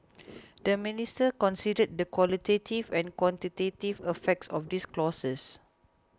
the minister considered the qualitative and quantitative effects of these clauses